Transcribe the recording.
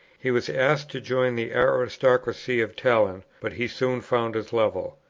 he was asked to join the aristocracy of talent, but he soon found his level.